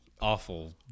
awful